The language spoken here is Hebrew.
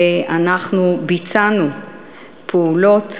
ביצענו פעולות